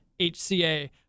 HCA